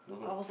don't know